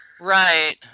Right